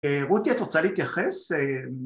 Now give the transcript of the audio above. רותי את רוצה להתייחס